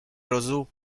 rozu